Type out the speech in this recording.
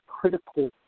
critical